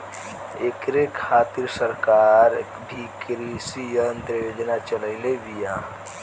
ऐकरे खातिर सरकार भी कृषी यंत्र योजना चलइले बिया